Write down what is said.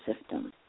system